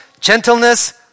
gentleness